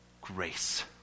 Grace